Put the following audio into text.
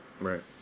Right